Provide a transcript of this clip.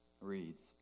reads